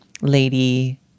lady